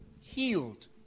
healed